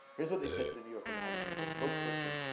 here's what they said to the new yorker magazine. their spokesperson,